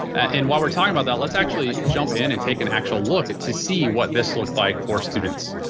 and while we're talking about that, let's actually jump in and take an actual look to see what this looked like for students.